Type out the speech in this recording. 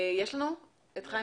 יש לנו את חיים